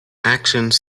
actions